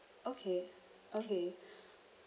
okay okay